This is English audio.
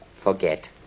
Forget